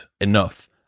enough